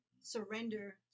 surrender